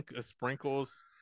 sprinkles